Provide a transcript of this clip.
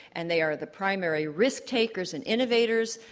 and they are the primary risk-takers and innovators.